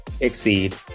exceed